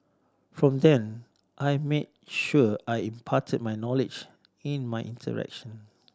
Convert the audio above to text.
from then I made sure I imparted my knowledge in my interaction